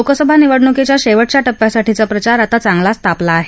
लोकसभा निवडणुकीच्या शेवटच्या टप्प्यासाठीचा प्रचार आता चांगलाच तापला आहे